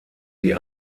die